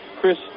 Chris